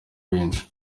benshi